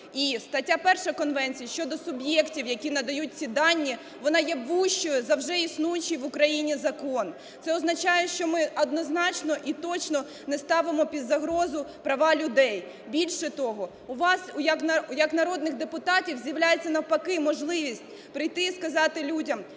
стаття 1 конвенції щодо суб'єктів, які надають ці данні, вона є вужчою за вже існуючий в Україні закон. Це означає, що ми однозначно і точно не ставимо під загрозу права людей. Більше того, у вас як народних депутатів з'являється навпаки можливість прийти і сказати людям: